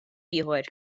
ieħor